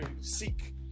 seek